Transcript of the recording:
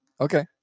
okay